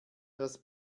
das